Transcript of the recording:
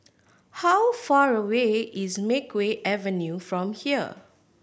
how far away is Makeway Avenue from here